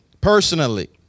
personally